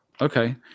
okay